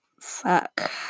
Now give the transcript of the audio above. fuck